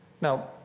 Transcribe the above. Now